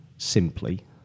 simply